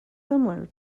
similar